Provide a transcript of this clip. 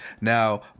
Now